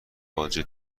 باجه